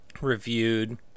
reviewed